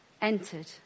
entered